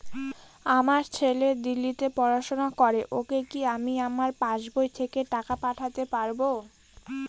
আমার ছেলে দিল্লীতে পড়াশোনা করে ওকে কি আমি আমার পাসবই থেকে টাকা পাঠাতে পারব?